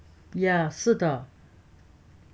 ya 是的